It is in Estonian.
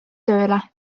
tööle